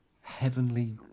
heavenly